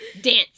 dance